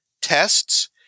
tests